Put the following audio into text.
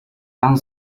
han